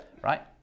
right